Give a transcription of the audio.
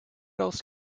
else